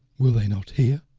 will they not hear